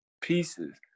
pieces